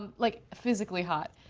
and like, physically hot.